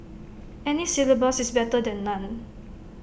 any syllabus is better than none